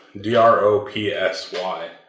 D-R-O-P-S-Y